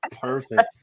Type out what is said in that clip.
perfect